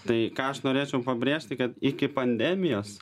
tai ką aš norėčiau pabrėžti kad iki pandemijos